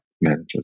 managers